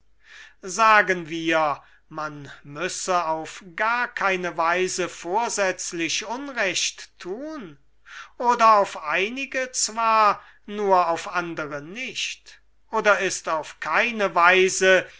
sagen wir man müsse auf gar keine weise vorsätzlich unrecht tun oder auf einige zwar nur auf andere nicht oder ist auf keine weise